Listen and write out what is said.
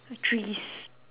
trees